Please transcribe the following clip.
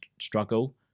struggle